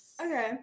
Okay